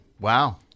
Wow